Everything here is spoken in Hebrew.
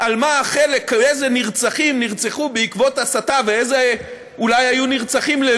מה החלק או איזה נרצחים נרצחו בעקבות הסתה ואיזה נרצחים היו